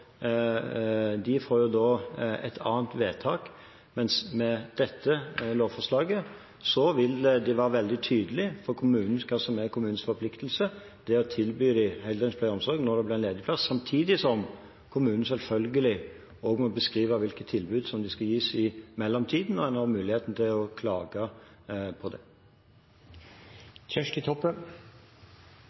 De får altså da et annet vedtak, mens det med dette lovforslaget vil være veldig tydelig at det er kommunens forpliktelse å tilby heldøgns pleie og omsorg når det blir ledig plass. Samtidig må kommunen selvfølgelig beskrive hvilke tilbud som skal gis i mellomtiden, og en har mulighet til å klage på det.